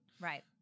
Right